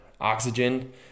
oxygen